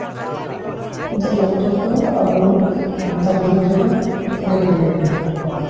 ᱱᱤᱛᱳᱜ ᱫᱚ ᱞᱮᱯᱴᱚᱯ ᱫᱚ ᱟᱵᱚ ᱱᱮᱛᱟᱨ ᱡᱩᱜᱽ ᱨᱮᱫᱚ ᱟᱹᱰᱤ ᱵᱷᱟᱜᱮ ᱜᱮᱭᱟ